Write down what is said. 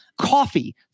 Coffee